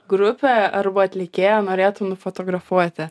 grupę arba atlikėją norėtum nufotografuoti